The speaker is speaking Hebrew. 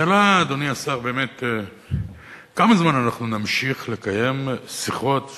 השאלה, אדוני השר, כמה זמן נמשיך לקיים שיחות,